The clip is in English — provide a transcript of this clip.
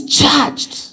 charged